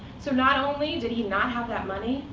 so not only did he not have that money,